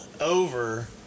over